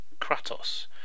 kratos